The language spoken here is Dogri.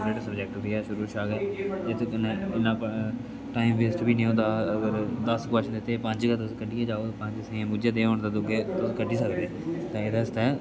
फेवरेट सब्जेक्ट बी ऐ शुरू शा गै जित्थै कन्नै इन्ना पढ़ना टाइम वेस्ट बी नेईं होंदा दस कोच्शन दित्ते पंज गै तुस कड्डियै जाओ पंज सेम उयै जेह् होन तां दुए तुस कड्डी सकदे ते एह्दे आस्तै